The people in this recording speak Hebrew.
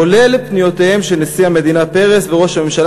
כולל פניותיהם של נשיא המדינה פרס וראש הממשלה